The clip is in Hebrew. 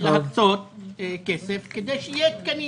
להקצות כסף כדי שיהיו תקנים